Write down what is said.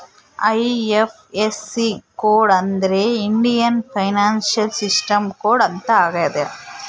IFSC code ಅಂದ್ರೆ Indian financial system code ಅಂತ ಆಗ್ಯದ